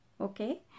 okay